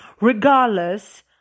regardless